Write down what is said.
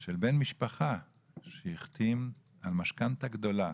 של בן משפחה שהחתים על משכנתה גדולה